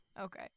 Okay